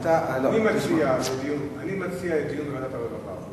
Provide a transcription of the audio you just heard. אני מציע דיון בוועדת הרווחה.